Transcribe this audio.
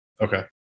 Okay